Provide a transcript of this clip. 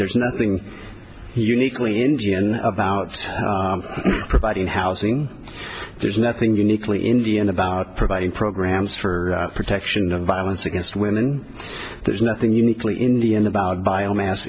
there's nothing uniquely indian about providing housing there's nothing uniquely indian about providing programs for protection no violence against women there's nothing uniquely indian about biomass